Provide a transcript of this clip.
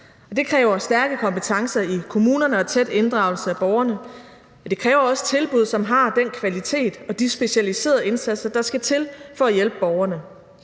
Det kræver stærke kompetencer i kommunerne og tæt inddragelse af borgerne. Og det kræver også tilbud, som har den kvalitet og de specialiserede indsatser, der skal til for at hjælpe borgerne.